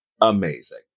amazing